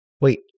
Wait